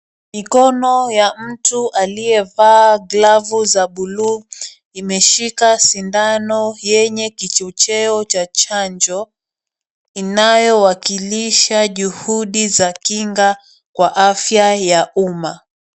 Mikono ya mtu aliyevaa glavu za blue zimeshika sindano yenye kichocheo cha chanjo inayo wakilisha juhudi za kinga kwa afya ya umma.